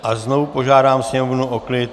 A znovu požádám Sněmovnu o klid.